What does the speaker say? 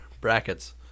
brackets